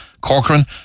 Corcoran